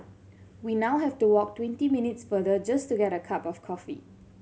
we now have to walk twenty minutes further just to get a cup of coffee